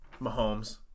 Mahomes